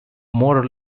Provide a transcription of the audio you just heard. more